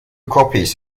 copies